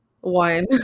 one